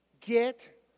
get